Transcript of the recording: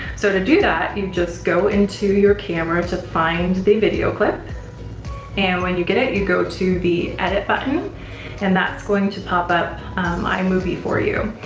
so, to do that, you just go into your camera to find the video clip and when you get it, you go to the edit button and that's going to pop-up like imovie for you,